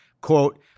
Quote